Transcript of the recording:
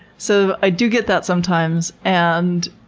so i do get that sometimes, and,